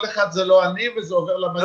כל אחד זה לא אני וזה עובר למשרד הבא.